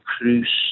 Cruz